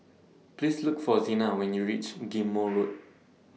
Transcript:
Please Look For Xena when YOU REACH Ghim Moh Road